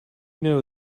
know